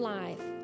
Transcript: life